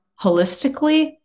holistically